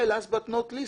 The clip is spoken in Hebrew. ו-last but not least,